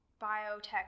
biotech